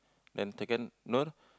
then second Nur